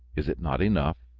is it not enough?